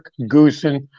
Goosen